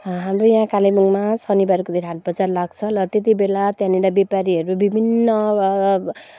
हाम्रो यहाँ कालेबुङमा शनिबारको दिन हाटबजार लाग्छ ल त्यति बेला त्यहाँनिर व्यापारीहरू विभिन्न वा